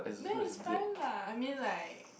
then it's fine lah I mean like